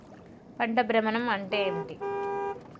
పంట భ్రమణం అంటే ఏంటి?